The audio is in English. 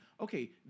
okay